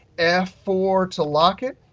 f four to lock it,